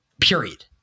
period